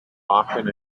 often